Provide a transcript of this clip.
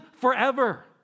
forever